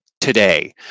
today